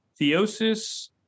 theosis